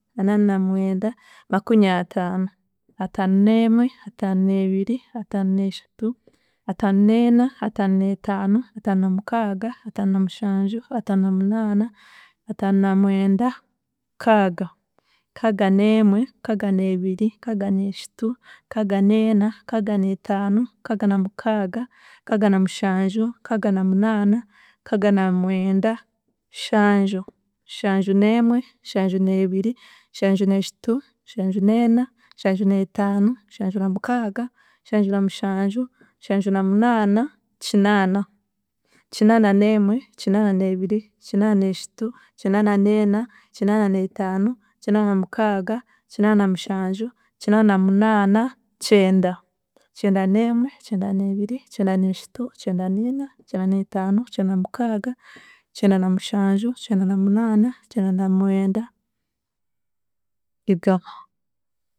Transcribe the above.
Ananamwenda, Makunyataano, Ataanoneemwe, Ataanoneebiri, Ataanoneeshatu, Ataanoneena, Ataanoneetaano, Ataanonamukaaga, Ataanonamushanju, Ataanonamunaana, Ataanonamwenda, Nkaaga, Nkaaganeemwe, Nkaaganeebiri, Nkaaganeeshatu, Nkaaganeena, Nkaaganeetaano, Nkaaganamukaaga, Nkaaganamushanju, Nkaaganumunaana, Nkaaganamwenda, Nshanju, Nshanjuneemwe, Nshanjuneebiri, Nshanjuneeshatu, Nshanjuneena, Nshanjuneetaano, Nshanjunamukaaga, Nshanjunamushanju, Nshanjunamunaana, Kinaana, Kinaananemwe, Kinaananeebire, Kinaananeeshatu, Kinaananeena, Kinaananeetaano, Kinaananamukaaga, Kinaananamushanju, Kinaananamunaana, Kyenda, Kyendanemwe, Kyendaneebiri, Kyendaneeshatu, Kyendaneena, Kyandaneetaano, Kyendanamukaaga, Kyendanamushanju, Kyendanamunaana, Kyendanamwenda, Igana.